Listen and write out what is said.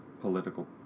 political